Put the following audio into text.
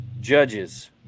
judges